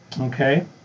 Okay